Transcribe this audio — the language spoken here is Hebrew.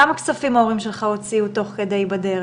כמה כספים ההורים שלך הוציאו בדרך?